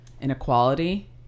inequality